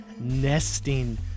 nesting